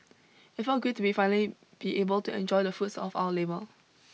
it felt great to be finally be able to enjoy the fruits of our labour